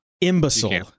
Imbecile